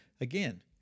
Again